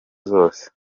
zose